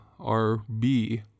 rb